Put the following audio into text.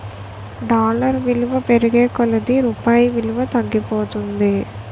dollar విలువ పెరిగే కొలది రూపాయి విలువ తగ్గిపోతుంది